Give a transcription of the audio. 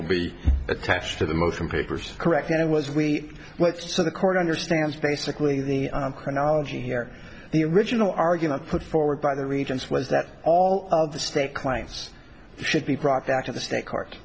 will be attached to the most from papers correctly was we went so the court understands basically the chronology here the original argument put forward by the regents was that all of the state clients should be brought back to the state court